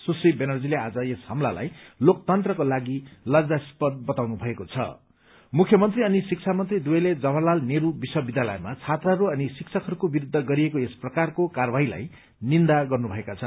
सुश्री ब्यानर्जीले आज यस हमलालाई लोकतन्त्रको लागि लज्जास्पद बताउनु भएको छ अनि भन्नुभएको छ मुख्यमन्त्री अनि शिक्षा मन्त्री दुवैले जवाहरलाल नेहरू विश्वविद्यालयमा छात्राहरू अनि शिक्षकहरूको विरूद्ध गरिएको यस प्रकारको कार्यवाहीलाई निन्दा गर्नुभएका छन्